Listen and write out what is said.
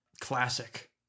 classic